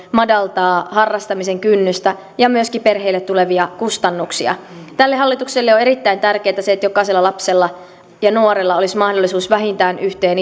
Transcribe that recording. madaltaa harrastamisen kynnystä ja myöskin perheille tulevia kustannuksia tälle hallitukselle on erittäin tärkeätä se että jokaisella lapsella ja nuorella olisi mahdollisuus vähintään yhteen